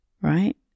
right